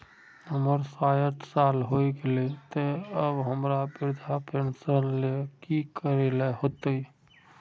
हमर सायट साल होय गले ते अब हमरा वृद्धा पेंशन ले की करे ले होते?